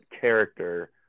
character